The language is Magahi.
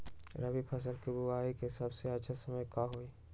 रबी फसल के बुआई के सबसे अच्छा समय का हई?